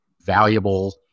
valuable